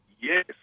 yes